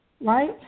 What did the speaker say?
right